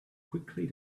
quickly